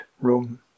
room